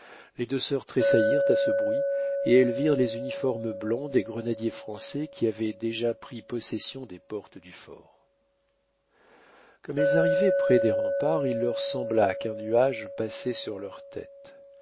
les deux sœurs tressaillirent à ce bruit et elles virent les uniformes blancs des grenadiers français qui avaient déjà pris possession des portes du fort comme elles arrivaient près des remparts il leur sembla qu'un nuage passait sur leur tête